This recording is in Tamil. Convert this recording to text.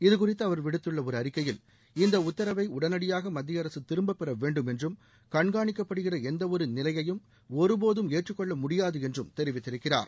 இதுகுறித்து அவர் விடுத்துள்ள ஒரு அறிக்கையில் இந்த உத்தரவை உடனடியாக மத்திய அரசு திரும்பப்பெற வேண்டும் என்றும் கண்காணிக்கப்படுகிற எந்தவொரு நிலையையும் ஒருபோதும் ஏற்றுக்கொள்ள முடியாது என்றும் தெரிவித்திருக்கிறார்